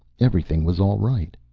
everything was all right.